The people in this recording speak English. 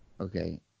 okay